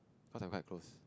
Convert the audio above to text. because we are quite closed